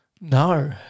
No